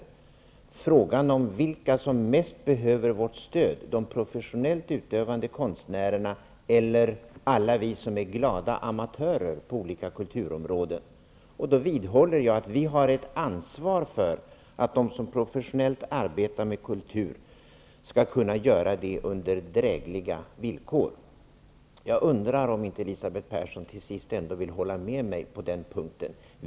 I fråga om vilka som mest behöver vårt stöd -- de professionellt utövande konstnärerna eller alla vi som är glada amatörer på olika kulturområden -- vidhåller jag att vi har ett ansvar för att de som professionellt arbetar med kultur skall kunna göra det under drägliga villkor. Jag undrar om inte Elisabeth Persson till sist ändå är beredd att hålla med mig på den punkten.